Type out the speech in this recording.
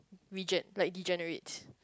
reject like degenerates